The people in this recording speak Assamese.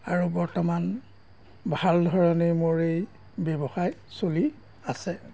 আৰু বৰ্তমান ভাল ধৰণেই মোৰ এই ব্যৱসায় চলি আছে